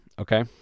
okay